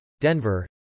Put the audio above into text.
Denver